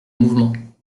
mouvement